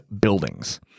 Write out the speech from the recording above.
buildings